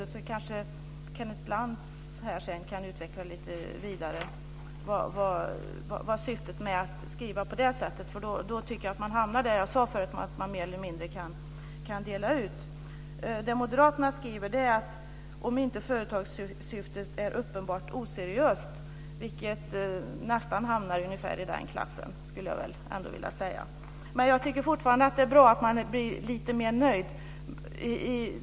Kenneth Lantz kan kanske sedan utveckla syftet med att skriva på det sättet. Jag tycker att man hamnar där jag sade förut, nämligen att man mer eller mindre kan dela ut dem till höger och vänster. Moderaterna skriver: "om inte företagssyftet är uppenbart oseriöst", vilket nästan hamnar i samma klass. Jag tycker fortfarande att det är bra att man blir lite mer nöjd.